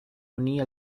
unir